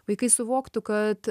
vaikai suvoktų kad